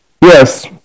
Yes